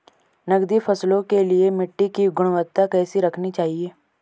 नकदी फसलों के लिए मिट्टी की गुणवत्ता कैसी रखनी चाहिए?